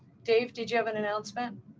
dave, did you have an announcement?